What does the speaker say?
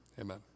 amen